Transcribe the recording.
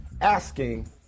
asking